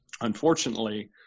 Unfortunately